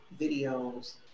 videos